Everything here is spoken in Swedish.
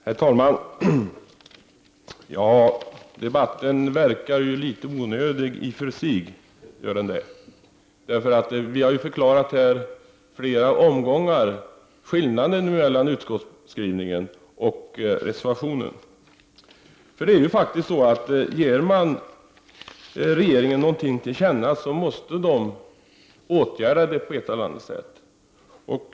Herr talman! Debatten verkar ju litet onödig i och för sig. Vi har ju i flera omgångar förklarat skillnaden mellan utskottsskrivningen och reservationens skrivning. Det är ju faktiskt så att om man ger regeringen något till känna, så måste den också åtgärda ärendet på ett eller annat sätt.